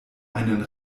einen